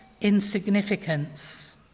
insignificance